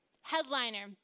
headliner